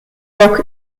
york